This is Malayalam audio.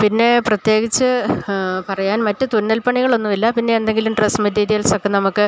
പിന്നെ പ്രത്യേകിച്ച് പറയാൻ മറ്റ് തുന്നൽ പണികൾ ഒന്നും ഇല്ല പിന്നെ എന്തെങ്കിലും ഡ്രസ് മെറ്റീരിയൽസൊക്കെ നമുക്ക്